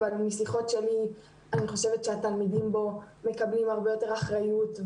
אבל משיחות שלי אני חושבת שהתלמידים בו מקבלים הרבה יותר אחריות,